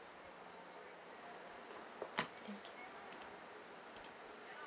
okay